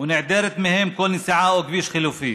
וחסרה בהם כל נסיעה או כביש חלופי.